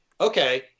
okay